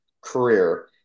career